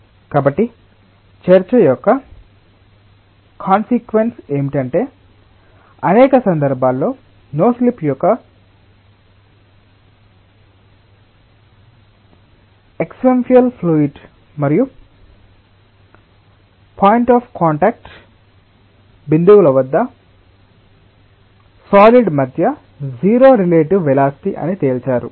కాబట్టి చర్చ యొక్క కాన్సిక్వెన్స్ ఎమిటంటే అనేక సందర్భాల్లో నో స్లిప్ యొక్క ఎక్స్oమ్పుల్ ఫ్లూయిడ్ మరియు పాయింట్ అఫ్ కాంటాక్ట్ బిందువుల వద్ద సాలిడ్ మధ్య జీరో రిలేటివ్ వెలాసిటి అని తేల్చారు